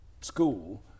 school